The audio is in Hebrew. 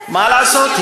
מה לעשות,